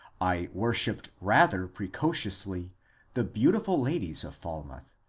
i worshipped rather precociously the beautiful ladies of fal mouth,